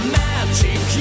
magic